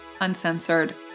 uncensored